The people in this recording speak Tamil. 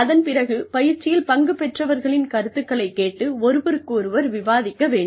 அதன் பிறகு பயிற்சியில் பங்கு பெற்றவர்களின் கருத்துகளைக் கேட்டு ஒருவருக்கொருவர் விவாதிக்க வேண்டும்